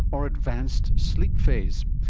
or advanced sleep phase.